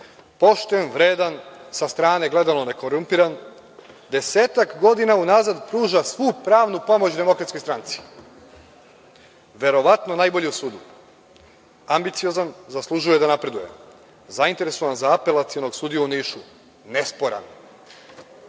pošten, vredan, sa strane gledano nekorumpiran, desetak godina unazad pruža svu pravnu pomoć DS. Verovatno najbolji u sudu. Ambiciozan, zaslužuje da napreduje. Zainteresovan za apelacionog sudiju u Nišu. Nesporan.